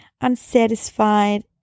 unsatisfied